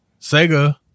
Sega